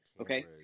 Okay